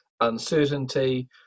uncertainty